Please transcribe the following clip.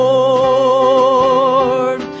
Lord